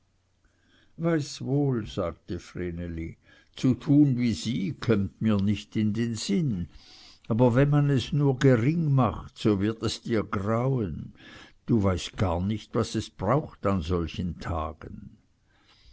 weiß wohl sagte vreneli zu tun wie sie kömmt mir nicht in sinn aber wenn man es nur gering macht so wird es dir grauen du weißt gar nicht was es braucht an solchen tagen